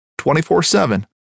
24-7